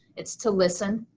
it's to listen,